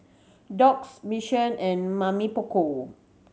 Doux Mission and Mamy Poko